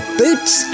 boots